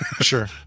sure